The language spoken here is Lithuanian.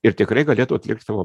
ir tikrai galėtų atlikt savo